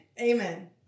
Amen